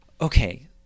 Okay